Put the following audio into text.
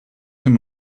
them